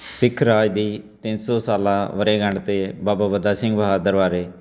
ਸਿੱਖ ਰਾਜ ਦੀ ਤਿੰਨ ਸੌ ਸਾਲਾ ਵਰ੍ਹੇਗੰਢ 'ਤੇ ਬਾਬਾ ਬੰਦਾ ਸਿੰਘ ਬਹਾਦਰ ਬਾਰੇ